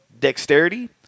dexterity